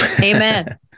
amen